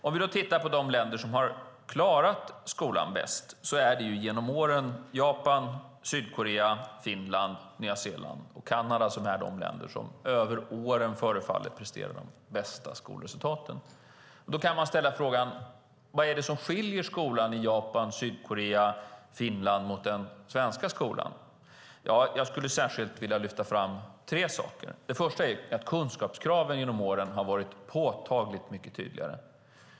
Om vi tittar på de länder som har klarat skolan bäst är det Japan, Sydkorea, Finland, Nya Zeeland och Kanada som är de länder som över åren förefaller prestera de bästa skolresultaten. Man kan ställa frågan: Vad är det som skiljer skolan i Japan, Sydkorea och Finland mot den svenska skolan? Jag skulle särskilt vilja lyfta fram tre saker. Det första är att kunskapskraven genom åren har varit påtaligt mycket tydligare.